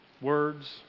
Words